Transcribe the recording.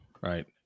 right